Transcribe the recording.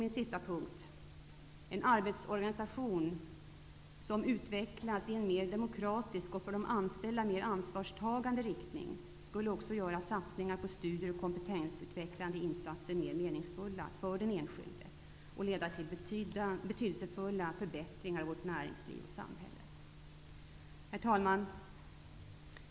För det tionde: En arbetsorganisation som utvecklas i en mer demokratisk och för de anställda mer ansvarstagande riktning skulle också göra satsningar på studier och kompetensutvecklande insatser mer meningsfulla för den enskilde. Den skulle också leda till betydelsefulla förbättringar av vårt näringsliv och samhälle. Herr talman!